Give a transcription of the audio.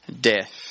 death